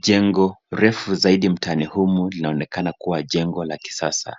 Jengo refu zaidi mtaani humu linaonekana kuwa jengo la kisasa.